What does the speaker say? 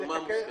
שומה מוסכמת.